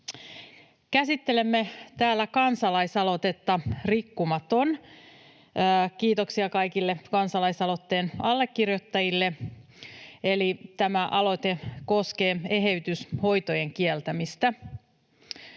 Käsittelemme täällä kansalaisaloitetta ”Rikkomaton”, kiitoksia kaikille kansalaisaloitteen allekirjoittajille. Eli tämä aloite koskee eheytyshoitojen kieltämistä.